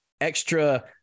extra